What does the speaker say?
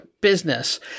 business